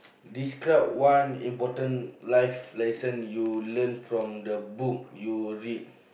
describe one important life lesson you learnt from the book you read